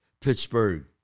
Pittsburgh